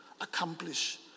accomplish